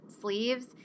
sleeves